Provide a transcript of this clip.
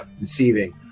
receiving